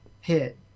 hit